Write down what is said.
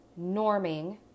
norming